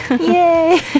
Yay